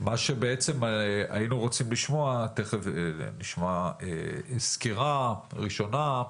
מה שהיינו רוצים לשמוע, תיכף נשמע סקירה ראשונה,